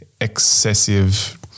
excessive